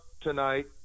tonight